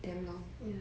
ya